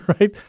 right